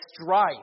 strife